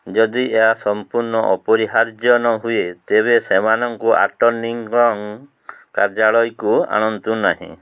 ଯଦି ଏହା ସମ୍ପୂର୍ଣ୍ଣ ଅପରିହାର୍ଯ୍ୟ ନହୁଏ ତେବେ ସେମାନଙ୍କୁ ଆଟର୍ଣ୍ଣିଙ୍କ କାର୍ଯ୍ୟାଳୟକୁ ଆଣନ୍ତୁ ନାହିଁ